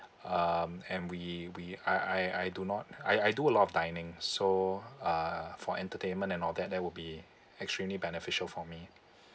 um and we we I I I do not I I do a lot of dining so uh for entertainment and all that that will be extremely beneficial for me